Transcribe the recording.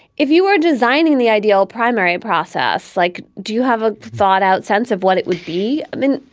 if you were designing the ideal primary process, like do you have a thought out sense of what it would be? i mean,